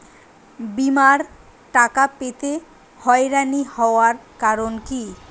বিমার টাকা পেতে হয়রানি হওয়ার কারণ কি?